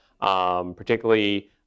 particularly